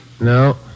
No